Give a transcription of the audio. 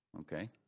Okay